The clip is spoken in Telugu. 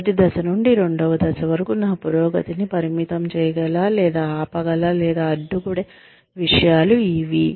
మొదటి దశ నుండి రెండవ దశ వరకు నా పురోగతిని పరిమితం చేయగల లేదా ఆపగల లేదా అడ్డుపడే విషయాలు ఇవి